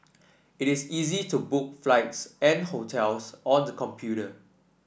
it is easy to book flights and hotels on the computer